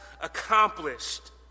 accomplished